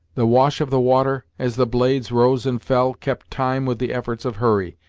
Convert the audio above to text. the wash of the water, as the blades rose and fell, kept time with the efforts of hurry,